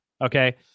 okay